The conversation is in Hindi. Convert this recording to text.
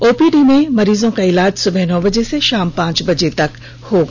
ओपीडी में मरीजों का इलाज सुबह नौ बजे से शाम पांच बजे तक होगा